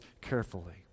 carefully